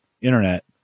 Internet